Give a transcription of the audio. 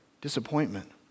disappointment